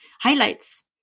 highlights